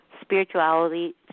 spirituality